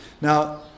Now